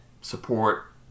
support